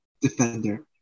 Defender